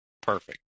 Perfect